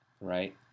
Right